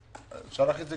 אפשר להכניס את זה